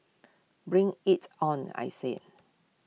bring IT on I say